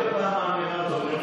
כל פעם האמירה הזאת,